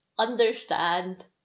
understand